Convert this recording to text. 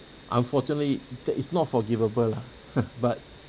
unfortunately that is not forgivable lah but